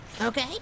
Okay